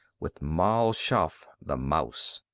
with mal shaff the mouse.